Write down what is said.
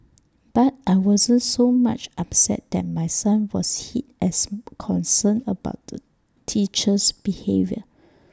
but I wasn't so much upset that my son was hit as concerned about the teacher's behaviour